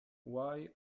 why